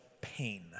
pain